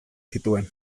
zituen